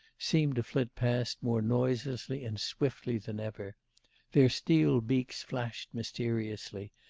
seemed to flit past more noiselessly and swiftly than ever their steel beaks flashed mysteriously,